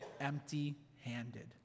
empty-handed